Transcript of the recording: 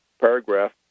paragraph